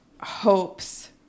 hopes